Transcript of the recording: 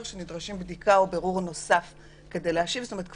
שנדרשים בדיקה ובירור נוסף כדי להשיב זאת אומרת,